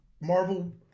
Marvel